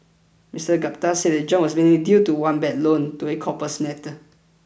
Mister Gupta said the jump was mainly due to one bad loan to a copper smelter